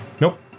Nope